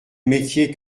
métier